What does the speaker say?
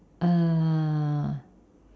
err